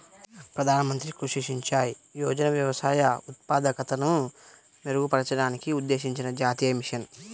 ప్రధాన మంత్రి కృషి సించాయ్ యోజన వ్యవసాయ ఉత్పాదకతను మెరుగుపరచడానికి ఉద్దేశించిన జాతీయ మిషన్